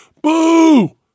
Boo